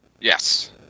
Yes